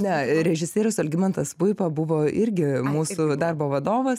ne režisierius algimantas puipa buvo irgi mūsų darbo vadovas